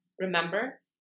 remember